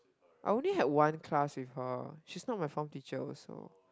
I only have one class with her she's not my form teacher also